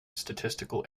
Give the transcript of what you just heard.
statistical